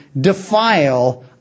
defile